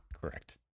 Correct